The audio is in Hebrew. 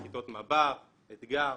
זה כיתות מב"ר, אתגר.